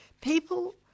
people